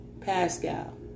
Pascal